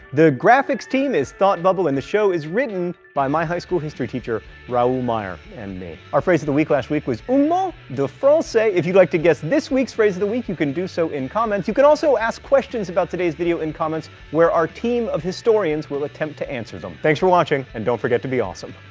the graphics team is thought bubble, and the show is written by my high school history teacher raoul meyer and me. our phrase of the week last week was un mot de francais. if you'd like to guess this week's phrase of the week you can do so in comments. you can also ask questions about today's video in comments where our team of historians will attempt to answer them. thanks for watching, and don't forget to be awesome.